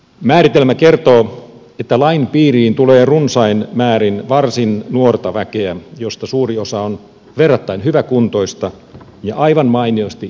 määritelmä kertoo että lain piiriin tulee runsain määrin varsin nuorta väkeä josta suuri osa on verrattain hyväkuntoista ja aivan mainiosti itsekseen toimeentulevaa